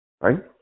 right